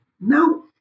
No